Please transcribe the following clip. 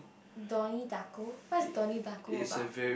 Donnie-Darko what is Donnie-Darko about